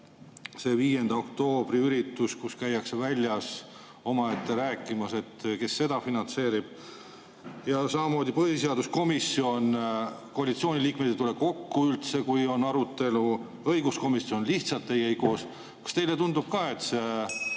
See 5. oktoobri üritus, kus käiakse väljas omaette rääkimas, kes seda finantseerib? Samamoodi põhiseaduskomisjon – koalitsiooni liikmed ei tule kokku üldse, kui on arutelu. Õiguskomisjon lihtsalt ei käi koos. Kas teile tundub ka, et see